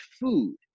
food